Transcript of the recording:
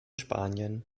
spanien